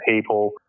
people